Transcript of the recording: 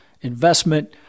investment